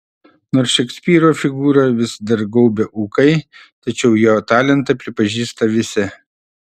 nors šekspyro figūrą vis dar gaubia ūkai tačiau jo talentą pripažįsta visi